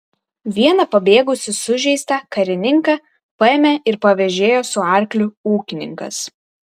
vieną pabėgusį sužeistą karininką paėmė ir pavėžėjo su arkliu ūkininkas